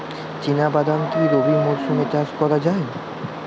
চিনা বাদাম কি রবি মরশুমে চাষ করা যায়?